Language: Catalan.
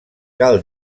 cal